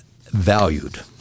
valued